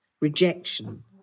rejection